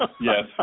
Yes